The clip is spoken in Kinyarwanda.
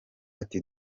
ati